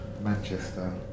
Manchester